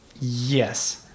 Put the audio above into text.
Yes